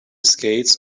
skates